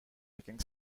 picking